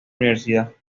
universidad